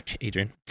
Adrian